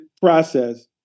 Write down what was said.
process